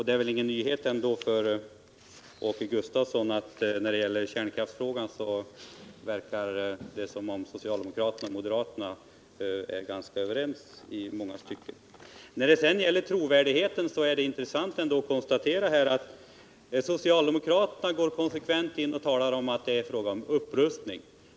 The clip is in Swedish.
Det är väl ingen nyhet för Åke Gustavsson att det då det gäller kärnkraftsfrågan verkar som om socialdemokraterna och moderaterna är ganska överens i många stycken. När det sedan gäller trovärdigheten är det intressant att konstatera att socialdemokraterna konsekvent talar om att det är fråga om upprustning.